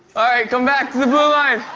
come back to the blue line.